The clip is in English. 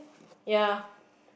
ya